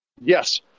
Yes